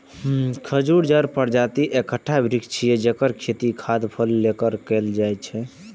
खजूर ताड़ प्रजातिक एकटा वृक्ष छियै, जेकर खेती खाद्य फल लेल कैल जाइ छै